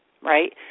right